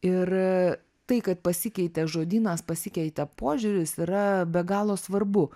ir tai kad pasikeitė žodynas pasikeitė požiūris yra be galo svarbu